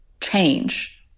change